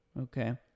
Okay